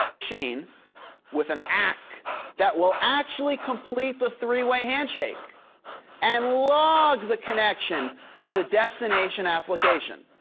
chain with an act that will actually complete the three way handshake and log the connection on the destination application.